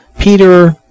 Peter